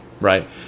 right